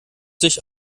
sich